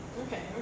Okay